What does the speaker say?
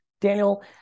Daniel